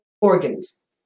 organs